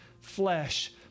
flesh